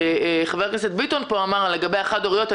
שחבר הכנסת ביטון אמר פה לגבי המשפחות החד-הוריות.